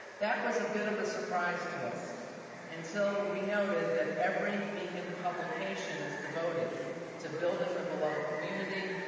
that was a bit of a surprise to us until we noted that every beacon publication is devoted to building the beloved communities,